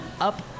up